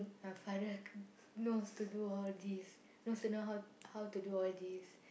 my father knows to do all this knows how how to do all this